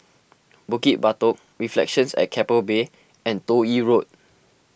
Bukit Batok Reflections at Keppel Bay and Toh Yi Road